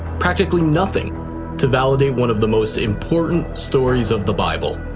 practically nothing to validate one of the most important stories of the bible.